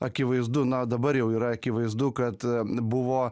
akivaizdu na dabar jau yra akivaizdu kad buvo